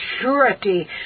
surety